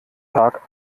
tag